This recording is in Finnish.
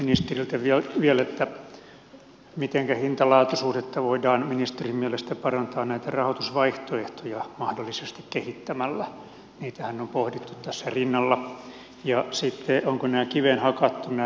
kysyisin ministeriltä vielä mitenkä hintalaatu suhdetta voidaan ministerin mielestä parantaa näitä rahoitusvaihtoehtoja mahdollisesti kehittämällä niitähän on pohdittu tässä rinnalla ja ovatko nämä ykköskorin hankkeet kiveen hakattuja